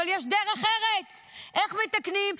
אבל יש דרך ארץ איך מתקנים,